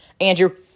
Andrew